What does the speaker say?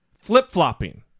flip-flopping